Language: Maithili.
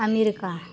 अमेरिका